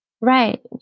Right